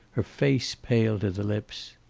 her face pale to the lips.